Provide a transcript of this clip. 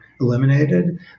eliminated